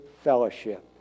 fellowship